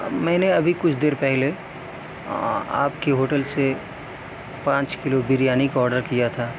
میں نے ابھی کچھ دیر پہلے آپ کے ہوٹل سے پانچ کلو بریانی کا آرڈر کیا تھا